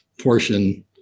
portion